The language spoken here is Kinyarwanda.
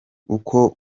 uko